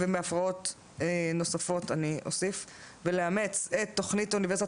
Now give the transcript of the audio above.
ומהפרעות נוספות ולאמץ את תוכנית אוניברסיטת